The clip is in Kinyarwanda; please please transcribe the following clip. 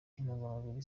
intungamubiri